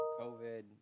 COVID